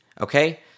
okay